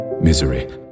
misery